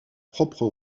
propres